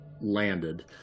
landed